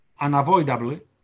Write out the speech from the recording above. Unavoidably